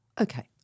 Okay